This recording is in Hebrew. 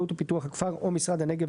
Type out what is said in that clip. זה אינטרס מדינתי.